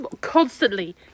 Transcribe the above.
constantly